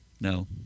No